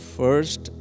first